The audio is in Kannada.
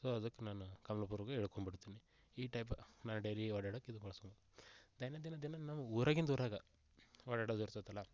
ಸೋ ಅದಕ್ ನಾನು ಕಮ್ಲಪುರಗೆ ಇಳ್ಕೊಂಬಿಡ್ತಿನಿ ಈ ಟೈಪ್ ನಾ ಡೈಲಿ ಓಡಾಡೋಕೆ ಇದು ಬಳಸ್ಕೊತಿನಿ ದೈನಂದಿನ ದಿನ ನಾವು ಊರಾಗಿಂದು ಊರಾಗೆ ಓಡಾಡೋದು ಇರ್ತದಲ್ಲ